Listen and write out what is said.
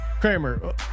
Kramer